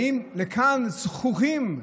באים לכאן זחוחים.